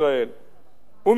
ומיניה וביה נקבע